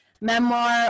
memoir